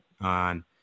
on